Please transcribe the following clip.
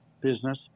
business